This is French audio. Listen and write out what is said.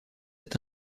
est